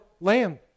Lamb